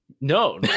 No